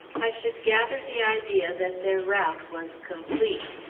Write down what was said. i should gather the idea that their rout was complete.